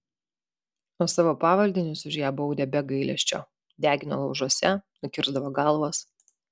o savo pavaldinius už ją baudė be gailesčio degino laužuose nukirsdavo galvas